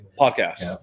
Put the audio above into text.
podcast